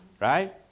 Right